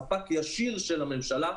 ספק ישיר של הממשלה,